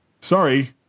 Sorry